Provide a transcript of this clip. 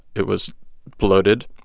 it was bloated.